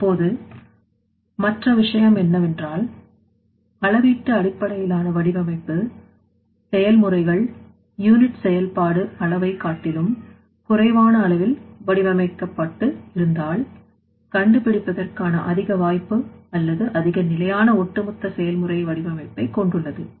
இப்போது மற்ற விஷயம் என்னவென்றால் அளவீட்டு அடிப்படையிலான வடிவமைப்பு செயல்முறைகள் யூனிட் செயல்பாட்டு அளவை காட்டிலும் குறைவான அளவில் வடிவமைக்கப்பட்டு இருந்தாள் கண்டுபிடிப்பதற்கான அதிக வாய்ப்பு அல்லது அதிக நிலையான ஒட்டுமொத்த செயல்முறை வடிவமைப்பைக் கொண்டுள்ளது